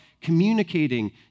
communicating